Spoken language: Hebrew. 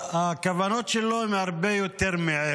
הכוונות שלו הן הרבה מעבר.